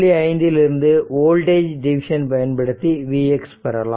5 இல் இருந்து voltage division பயன்படுத்தி Vx பெறலாம்